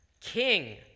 king